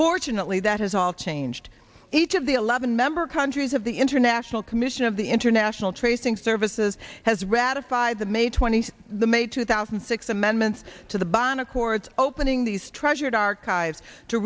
fortunately that has all changed each of the eleven member countries of the international commission of the international tracing services has ratified the may twenty the may two thousand and six amendments to the ban accords opening these treasured archives to